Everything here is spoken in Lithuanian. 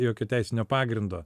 jokio teisinio pagrindo